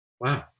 Wow